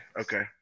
Okay